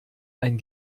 ein